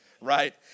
right